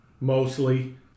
mostly